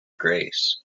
grace